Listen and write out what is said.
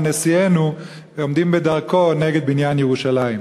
נשיאנו עומדים בדרכו נגד בניין ירושלים.